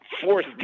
fourth